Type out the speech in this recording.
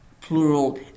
plural